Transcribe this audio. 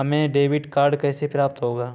हमें debit card कैसे प्राप्त होगा?